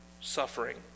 suffering